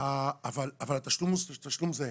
- התשלום הוא תשלום זהה.